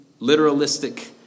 literalistic